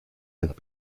sind